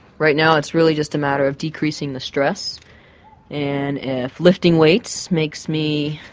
right now it's really just a matter of decreasing the stress and if lifting weights makes me